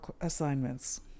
assignments